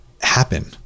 happen